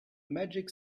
magic